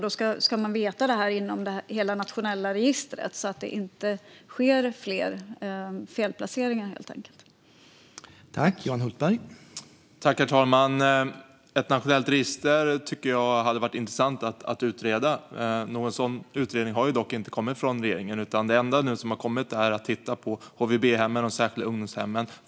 Det ska man veta i det nationella registret, så att fler felplaceringar helt enkelt inte sker.